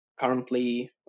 Currently